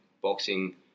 boxing